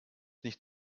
nicht